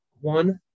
one